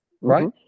right